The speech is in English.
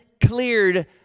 cleared